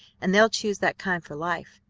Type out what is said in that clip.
and they'll choose that kind for life.